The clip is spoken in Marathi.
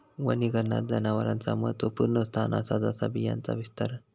वनीकरणात जनावरांचा महत्त्वपुर्ण स्थान असा जसा बियांचा विस्तारण